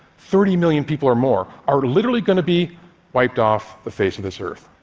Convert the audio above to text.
thirty million people or more are literally going to be wiped off the face of this earth.